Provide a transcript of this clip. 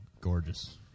gorgeous